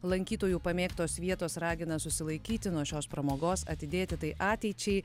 lankytojų pamėgtos vietos ragina susilaikyti nuo šios pramogos atidėti tai ateičiai